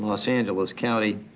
ah so angeles county.